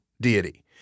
deity